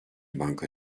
banka